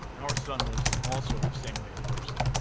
our son was also the same way at first.